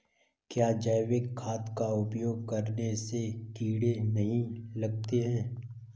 क्या जैविक खाद का उपयोग करने से कीड़े नहीं लगते हैं?